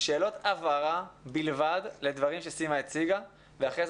שאלות הבהרה בלבד לדברים שסימה הציגה ולאחר מכן